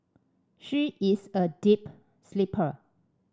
she is a deep sleeper